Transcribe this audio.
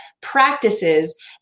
practices